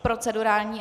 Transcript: S procedurální?